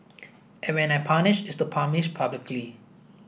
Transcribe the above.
and when I punish it's to punish publicly